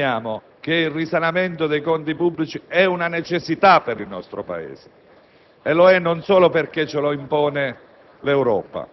Abbiamo altresì affermato ed affermiamo che il risanamento dei conti pubblici è una necessità per il nostro Paese e lo è non solo perché ce lo impone l'Europa,